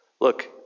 Look